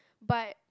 but